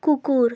কুকুর